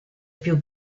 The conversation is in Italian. più